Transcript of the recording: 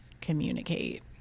communicate